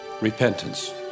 repentance